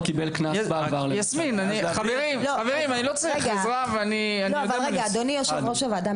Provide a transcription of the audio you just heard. אדוני יושב ראש הוועדה,